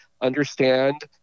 understand